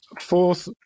fourth